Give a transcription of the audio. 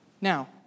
Now